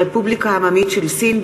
הרפובליקה העממית בסין,